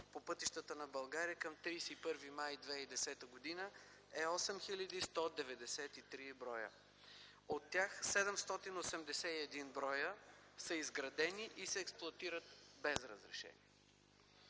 по пътищата на България към 31 май 2010 г. е 8193 бр. От тях 781 са изградени и се експлоатират без разрешение.